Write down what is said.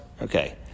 Okay